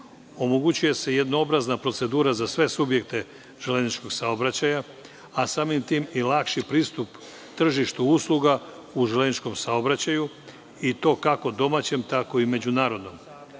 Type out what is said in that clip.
omogućuje se jednoobrazna procedura za sve subjekte železničkog saobraćaja a samim tim i lakši pristup tržištu usluga u železničkom saobraćaju i to kako domaćem tako i međunarodnom.